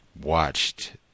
watched